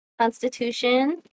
constitution